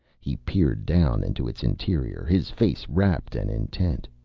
he peered down into its interior, his face rapt and intent.